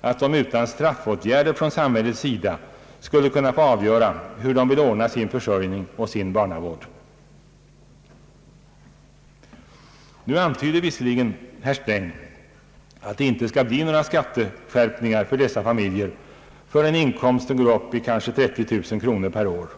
att de utan straffåtgärder från samhällets sida skulle kunna få avgöra hur de vill ordna sin försörjning och sin barnavård. Nu antyder visserligen herr Sträng att det inte skall bli några skatteskärpningar för dessa familjer förrän inkomsten går upp till kanske 30000 kronor per år.